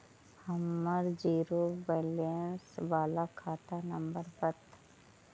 हमर zero balance बाला खाता नम्बर बत?